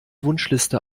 wunschliste